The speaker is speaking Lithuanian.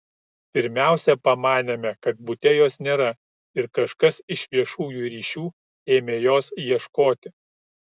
pirmiausia pamanėme kad bute jos nėra ir kažkas iš viešųjų ryšių ėmė jos ieškoti